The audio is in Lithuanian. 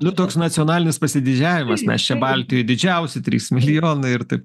nu toks nacionalinis pasididžiavimas mes čia baltijoj didžiausi trys milijonai ir taip